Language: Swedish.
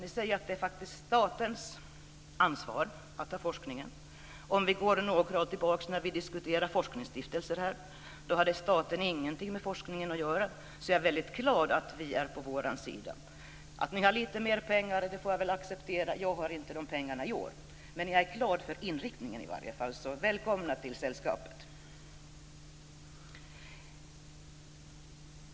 Ni säger att det faktiskt är statens ansvar att ta fram forskningen. Om vi går några år tillbaka och tänker på diskussionen om forskningsstiftelser hade staten ingenting med forskningen att göra enligt er. Så jag är väldigt glad att ni är på vår sida. Att ni har lite mer pengar får jag väl acceptera. Jag har inte de pengarna i år, men jag är glad för inriktningen. Så välkomna till sällskapet!